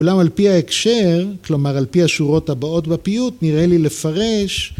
אולם על פי ההקשר, כלומר על פי השורות הבאות בפיוט, נראה לי לפרש...